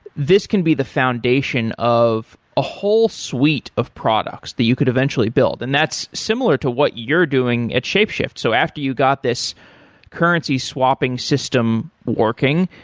this can be the foundation of a whole suite of products that you could eventually build. and that's similar to what you're doing at shapeshift. so after you got this currency swapping system working,